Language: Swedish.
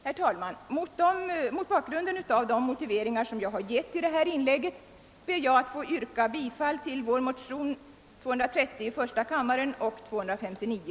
Herr talman! Med de motiveringar som jag här lämnat ber jag att få yrka bifail till motionerna 1: 230 och II: 259.